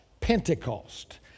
Pentecost